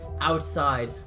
outside